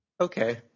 Okay